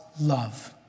love